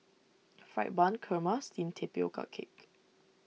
Fried Bun Kurma Steamed Tapioca Cake